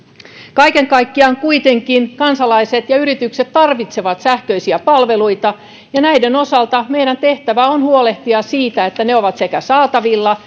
kaiken kaikkiaan kuitenkin kansalaiset ja yritykset tarvitsevat sähköisiä palveluita ja niiden osalta meidän tehtävämme on huolehtia siitä että ne ovat saatavilla